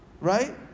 right